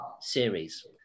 series